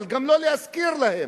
אבל גם לא להשכיר להם.